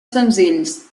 senzills